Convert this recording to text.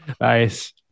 nice